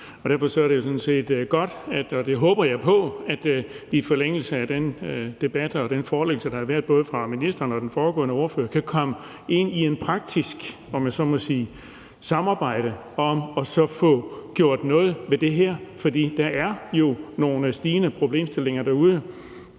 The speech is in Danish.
jo sådan set godt, og jeg håber på, at vi både i forlængelse af den debat og den fremlæggelse, der har været fra både ministeren og den foregående ordfører, kan komme ind i et praktisk samarbejde om at få gjort noget ved det her. For der er jo nogle stigende problemstillinger derude.